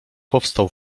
powstał